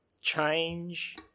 Change